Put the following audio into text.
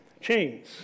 chains